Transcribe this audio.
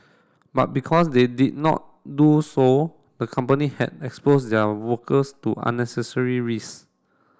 but because they did not do so the company had expose their workers to unnecessary risk